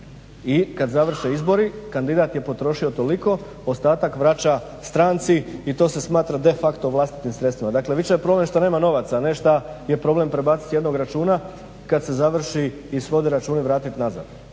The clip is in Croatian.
I kad završe izbori kandidat je potrošio toliko, ostatak vraća stranci i to se smatra de facto vlastitim sredstvima, dakle više je problem što nema novaca nego šta je problem prebacit s jednog računa. Kad se završi i svode računi vratit nazad.